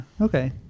okay